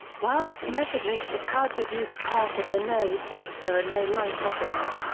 while this method makes it hard to view the path of the nodes, there are no line crossings,